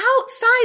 outside